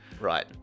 Right